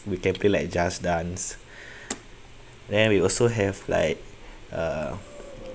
we can play like just dance and then we also have like uh